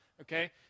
Okay